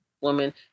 woman